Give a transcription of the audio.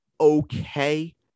okay